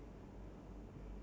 oh okay